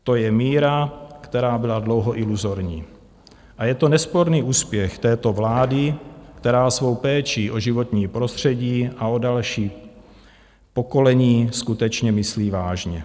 To je míra, která byla dlouho iluzorní, a je to nesporný úspěch této vlády, která svou péči o životní prostředí a o další pokolení skutečně myslí vážně.